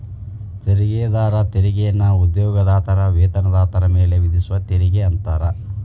ವೇತನದಾರ ತೆರಿಗೆಯನ್ನ ಉದ್ಯೋಗದಾತರ ವೇತನದಾರ ಮೇಲೆ ವಿಧಿಸುವ ತೆರಿಗೆ ಅಂತಾರ